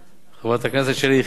חברת הכנסת שלי יחימוביץ,